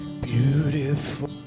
Beautiful